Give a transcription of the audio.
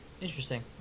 Interesting